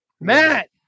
Matt